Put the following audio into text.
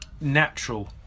natural